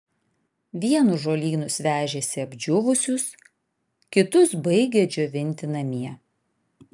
vienus žolynus vežėsi apdžiūvusius kitus baigė džiovinti namie